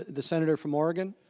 the senator from oregon.